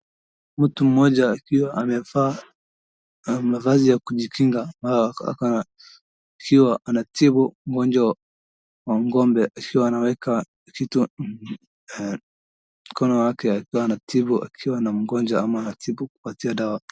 Mtu moja akiwa amevaa mavazi ya kujikinga ako na kioo anatibu mgonjwa wa ngombe akiwa anaweka kitu mkono wake akiwa anatibu akiwa na mgonjwa ama anapatia dawa.